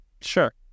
Sure